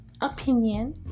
...opinion